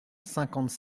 cinquante